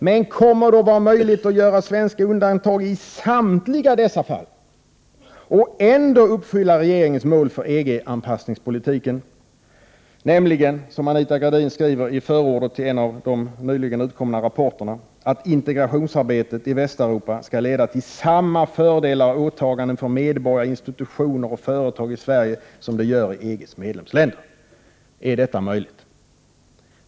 Men kommer det att vara möjligt att göra svenska undantag i samtliga dessa fall och ändå uppfylla regeringens mål för EG-anpassningspolitiken, nämligen, som Anita Gradin skriver i förordet till en av de nyligen utkomna integrationsrapporterna, att ”integrationsarbetet i Västeuropa skall leda till samma fördelar och åtaganden för medborgare, institutioner och företag i Sverige som det gör i EG:s medlemsländer”? Är detta möjligt?